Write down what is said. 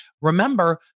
Remember